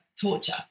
torture